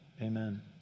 Amen